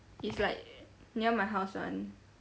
it's like near my house [one]